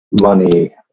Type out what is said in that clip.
money